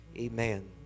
Amen